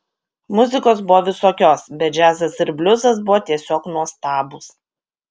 muzikos buvo visokios bet džiazas ir bliuzas buvo tiesiog nuostabūs